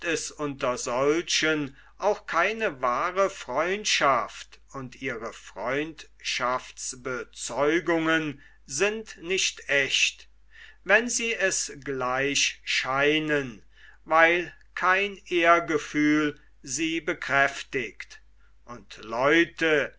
es unter solchen auch keine wahre freundschaft und ihre freundschaftsbezeugungen sind nicht ächt wenn sie es gleich scheinen weil kein ehrgefühl sie bekräftigt und leute